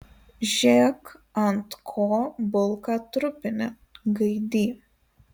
žėk ant ko bulką trupini gaidy